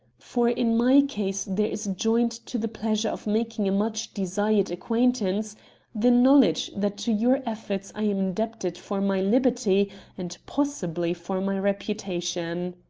for in my case there is joined to the pleasure of making a much-desired acquaintance the knowledge that to your efforts i am indebted for my liberty and possibly for my reputation.